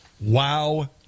Wow